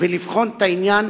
ולבחון את העניין,